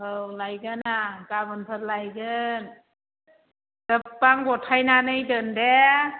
औ लायगोन आं गाबोनफोर लायगोन गोबां गथायनानै दोन दे